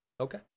Okay